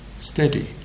Steady